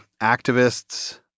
activists